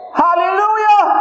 hallelujah